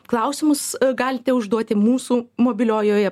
klausimus galite užduoti mūsų mobiliojoje